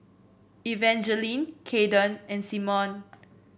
Evangeline Kaden and Simone